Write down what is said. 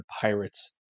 Pirates